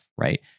right